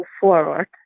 forward